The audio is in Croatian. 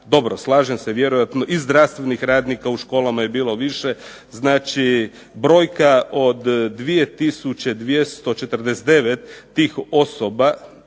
Dobro slažem se vjerojatno i zdravstvenih radnika u školama je bilo više. Znači brojka od 2 tisuće 249 tih osoba